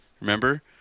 Remember